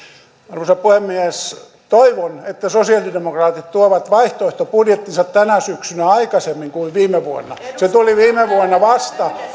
arvoisa puhemies toivon että sosialidemokraatit tuovat vaihtoehtobudjettinsa tänä syksynä aikaisemmin kuin viime vuonna se tuli viime vuonna vasta